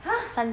!huh!